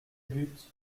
but